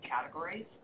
categories